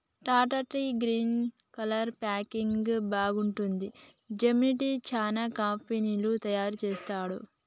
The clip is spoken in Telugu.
Tata tea green colour packing బాగుంటది, జెమినీ టీ, చానా కంపెనీలు తయారు చెస్తాండ్లు